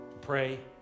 pray